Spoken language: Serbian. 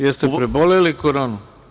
Jeste li preboleli koronu?